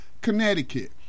connecticut